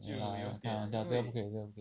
!aiya! 开玩笑这个不可以不可以